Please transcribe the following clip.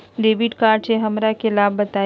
Debit card से हमरा के लाभ बताइए?